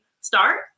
start